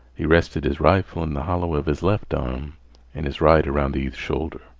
he rested his rifle in the hollow of his left arm and his right around the youth's shoulder.